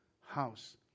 house